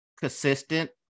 consistent